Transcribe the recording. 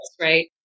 Right